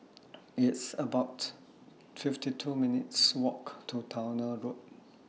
It's about fifty two minutes' Walk to Towner Road